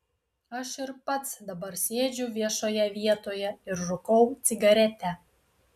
aš ir pats dabar sėdžiu viešoje vietoje ir rūkau cigaretę